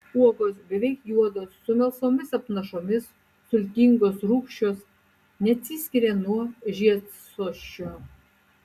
uogos beveik juodos su melsvomis apnašomis sultingos rūgščios neatsiskiria nuo žiedsosčio